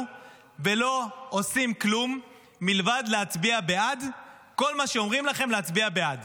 ולא עושים כלום מלבד להצביע בעד כל מה שאומרים לכם להצביע בעדו?